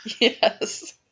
Yes